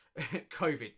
COVID